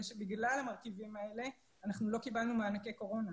שבגלל המרכיבים האלה אנחנו לא קיבלנו מענקי קורונה.